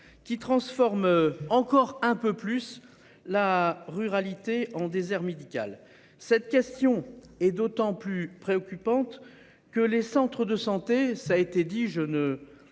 qui transforme encore un peu plus la ruralité en désert médical. Cette question est d'autant plus préoccupante que les centres de santé. Ça a été dit, je ne